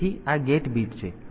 તેથી આ gate bit છે